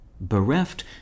Bereft